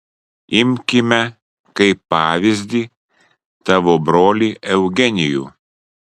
imkime kaip pavyzdį tavo brolį eugenijų